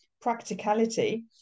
practicality